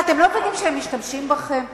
מה, אתם לא מבינים שהם משתמשים בכם?